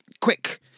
quick